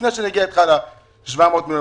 לפני שנגיע אתך ל-700 מיליון,